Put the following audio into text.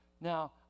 Now